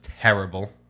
terrible